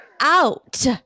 out